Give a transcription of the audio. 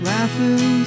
Laughing